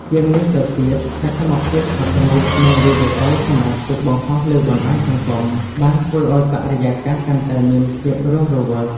ជាងនេះទៅទៀត សកម្មភាពថតរូប និងវីដេអូសម្រាប់ទុកបង្ហោះលើបណ្ដាញសង្គម បានធ្វើឱ្យបរិយាកាសកាន់តែមានភាពរស់រវើក។